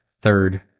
third